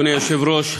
אדוני היושב-ראש,